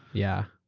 yeah.